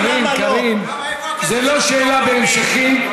קארין, קארין, זה לא שאלה בהמשכים.